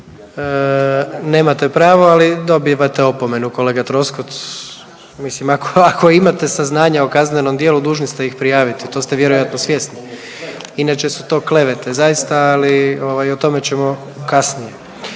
Nemate pravo, ali dobivate opomenu, kolega Troskot. Mislim, ako, ako imate saznanja o kaznenom djelu, dužni ste iz prijaviti, to ste vjerojatno svjesni, inače su to klevete zaista, ali ovaj, o tome ćemo kasnije.